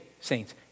saints